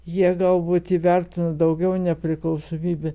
jie galbūt įvertina daugiau nepriklausomybę